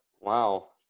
Wow